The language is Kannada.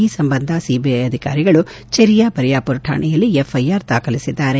ಈ ಸಂಬಂಧ ಸಿಬಿಐ ಅಧಿಕಾರಿಗಳು ಚೆರಿಯಾ ಬರಿಯಾಮರ್ ಕಾಣೆಯಲ್ಲಿ ಎಫ್ಐಆರ್ ದಾಖಲಿಸಿದೆ